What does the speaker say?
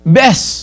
best